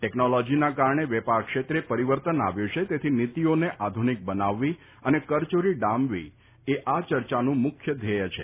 ટેકનોલોજીના કારણે વેપાર ક્ષેત્રે પરિવર્તન આવ્યું છે તેથી નીતીઓને આધુનિક બનાવવી અને કરચોરી ડામવી એ આ ચર્ચાનું મુખ્ય ધ્યેય છે